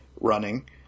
running